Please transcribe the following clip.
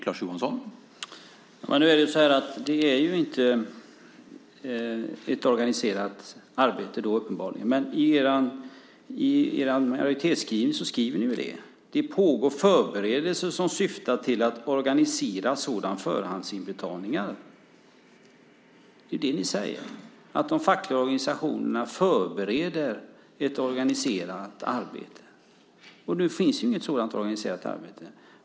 Herr talman! Det är uppenbarligen inte ett organiserat arbete, men i era majoritetsskrivningar skriver ni att det pågår förberedelser som syftar till att organisera sådana förhandsinbetalningar. Ni säger att de fackliga organisationerna förbereder ett organiserat arbete. Men det finns inget sådant organiserat arbete.